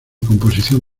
composición